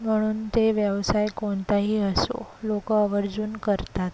म्हणून ते व्यवसाय कोणताही असो लोकं आवर्जून करतात